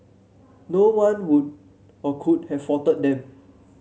no one would or could have faulted them